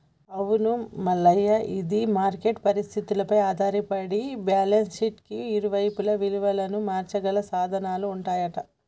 అవును మల్లయ్య ఇది మార్కెట్ పరిస్థితులపై ఆధారపడి బ్యాలెన్స్ షీట్ కి ఇరువైపులా విలువను మార్చగల సాధనాలు ఉంటాయంట